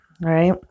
right